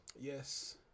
Yes